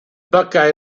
buckeye